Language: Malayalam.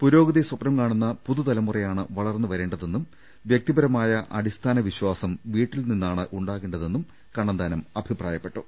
പുരോഗതി സ്വപ്നം കാണുന്ന പുതു തലമുറയാണ് വളർന്ന് വരേണ്ടതെന്നും വൃക്തിപരമായി അടിസ്ഥാന വിശ്വാസം വീട്ടിൽ നിന്നാണ് ഉണ്ടാകേണ്ടതെന്നും കണ്ണന്താനം അഭിപ്രായപ്പെട്ടു